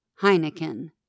Heineken